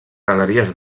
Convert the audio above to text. galeries